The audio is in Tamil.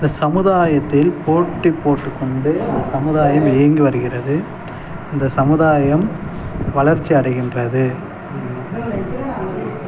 இந்த சமுதாயத்தில் போட்டி போட்டுக்கொண்டு இந்த சமுதாயம் இயங்கி வருகிறது இந்த சமுதாயம் வளர்ச்சி அடைகின்றது